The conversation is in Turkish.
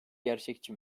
gerçekçi